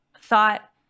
thought